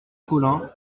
paulin